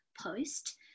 post